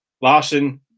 Larson